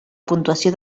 puntuació